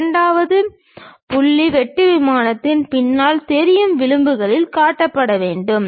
இரண்டாவது புள்ளி வெட்டு விமானத்தின் பின்னால் தெரியும் விளிம்புகள் காட்டப்பட வேண்டும்